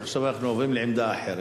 אנחנו עוברים לעמדה אחרת.